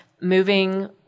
moving